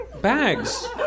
Bags